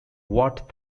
wat